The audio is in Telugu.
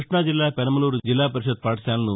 కృష్ణా జిల్లా పెనమలూరు జిల్లా పరిషత్ పాఠశాలను